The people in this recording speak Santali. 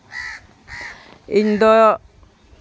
ᱤᱧᱫᱚ